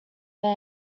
man